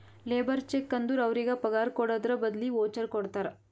labour cheque ಅಂದುರ್ ಅವ್ರಿಗ ಪಗಾರ್ ಕೊಡದ್ರ್ ಬದ್ಲಿ ವೋಚರ್ ಕೊಡ್ತಾರ